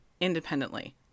independently